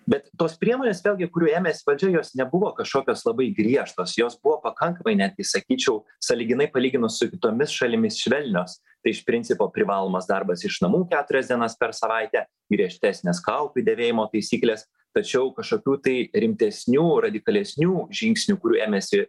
bet tos priemonės vėlgi kurių ėmėsi valdžia jos nebuvo kažkokios labai griežtos jos buvo pakankamai netgi sakyčiau sąlyginai palyginus su kitomis šalimis švelnios tai iš principo privalomas darbas iš namų keturias dienas per savaitę griežtesnės kaukių dėvėjimo taisyklės tačiau kažkokių tai rimtesnių radikalesnių žingsnių kurių ėmėsi